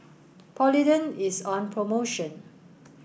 Polident is on promotion